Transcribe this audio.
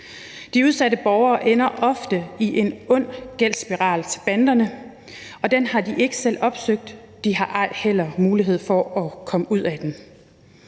De udsatte borgere ender ofte i en ond gældsspiral til banderne, og den har de ikke selv opsøgt, og de har ej heller mulighed for at komme ud af den.